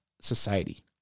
society